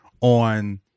on